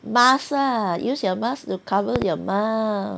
mask ah use your mask to cover your mouth